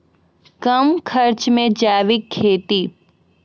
कम खर्च मे जैविक खेती?